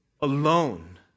Alone